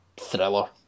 thriller